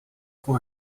com